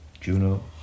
Juno